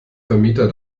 vermieter